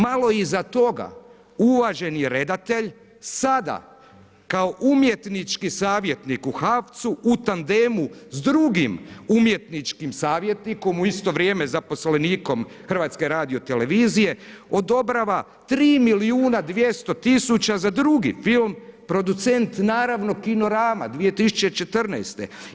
Malo iza toga, uvaženi redatelj, sada kao umjetnički savjetnik u HAVC-u u tandemu s drugim umjetničkim savjetnikom, u isto vrijeme zaposlenikom HRT odobrava 3 milijuna i 200 tisuća za drugi film, producent naravno Kinorama 2014.